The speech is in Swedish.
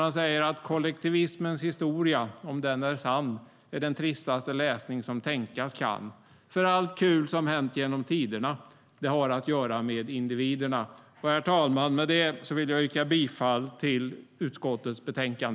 Han säger: Kollektivismens historia, om den är sann, är den tristaste läsning som tänkas kan, för allt kul som hänt genom tiderna har att göra med individerna. Herr talman! Med detta vill jag yrka bifall till utskottets förslag.